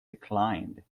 declined